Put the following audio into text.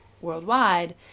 worldwide